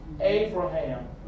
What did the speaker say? Abraham